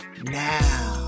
now